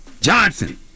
Johnson